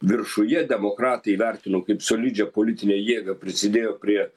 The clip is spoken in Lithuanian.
viršuje demokratai vertinu kaip solidžią politinę jėgą prisidėjo prie